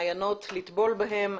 מעיינות לטבול בהם,